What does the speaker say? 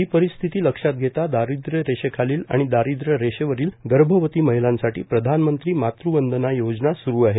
ही परिस्थिती लक्षात घेता दारिद्रय रेषेखालील आणि दारिद्रय रेषेवरील गर्भवती महिलांसाठी प्रधानमंत्री मातुवंदना योजना स्रु आहे